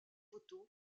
photos